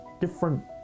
different